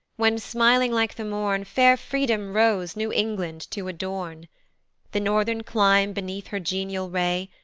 when, smiling like the morn, fair freedom rose new-england to adorn the northern clime beneath her genial ray,